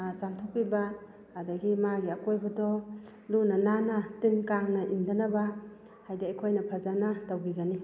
ꯆꯥꯝꯊꯣꯛꯄꯤꯕ ꯑꯗꯨꯗꯒꯤ ꯃꯥꯒꯤ ꯑꯀꯣꯏꯕꯗꯣ ꯂꯨꯅ ꯅꯥꯟꯅ ꯇꯤꯟꯀꯥꯡꯅ ꯏꯟꯗꯅꯕ ꯍꯥꯏꯕꯗꯤ ꯑꯩꯈꯣꯏꯅ ꯐꯖꯅ ꯇꯧꯕꯤꯒꯅꯤ